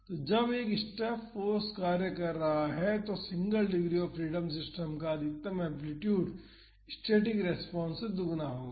तो जब एक स्टेप फाॅर्स कार्य कर रहा है तो single degree of freedom system का अधिकतम एम्पलीटूड स्टैटिक रेस्पॉन्स से दोगुना होगा